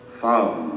found